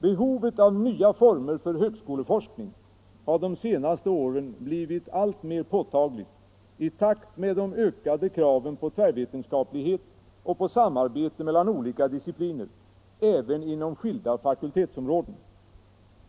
Behovet av nya former för högskoleforskningen har de senaste åren blivit alltmer påtagligt i takt med de ökade kraven på tvärvetenskaplighet och på samarbete mellan olika discipliner, även inom skilda fakultetsområden.